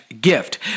gift